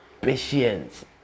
patience